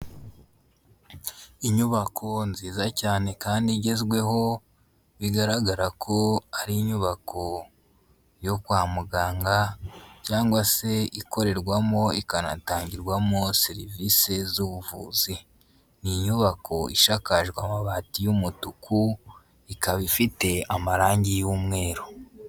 Inyubako nziza cyane kandi igezweho bigaragara ko ari inyubako yo kwa muganga cyangwa se ikorerwamo ikanatangirwamo serivisi zbuvuzi, ni inyubako ishakakaje amabati y'umutuku ikaba ifite amarangi y'mweru.